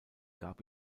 gab